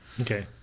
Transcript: okay